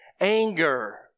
anger